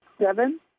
seven